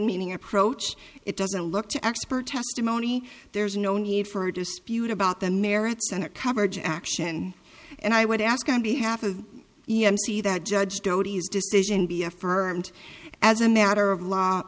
meaning approach it doesn't look to expert testimony there's no need for a dispute about the merits senate coverage action and i would ask on behalf of you see that judge dodi's decision be affirmed as a matter of law